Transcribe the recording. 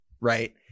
Right